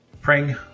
praying